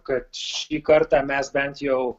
kad šį kartą mes bent jau